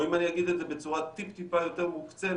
או אם אני אגיד את זה בצורה טיפ-טיפה יותר מוקצנת,